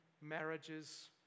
marriages